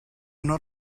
not